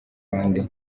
rwandair